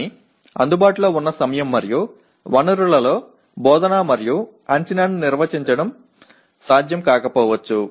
కానీ అందుబాటులో ఉన్న సమయం మరియు వనరులలో బోధన మరియు అంచనాను నిర్వహించడం సాధ్యం కాకపోవచ్చు